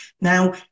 Now